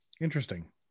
Interesting